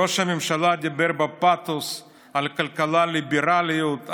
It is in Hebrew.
ראש הממשלה דיבר בפתוס על כלכלה ליברלית,